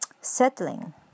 settling